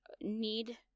need